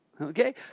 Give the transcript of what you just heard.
Okay